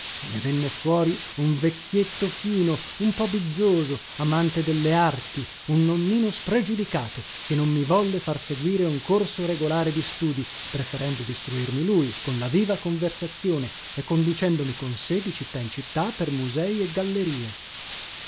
e ne venne fuori un vecchietto fino un po bizzoso amante delle arti un nonnino spregiudicato che non mi volle far seguire un corso regolare di studii preferendo distruirmi lui con la viva conversazione e conducendomi con sé di città in città per musei e gallerie